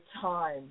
time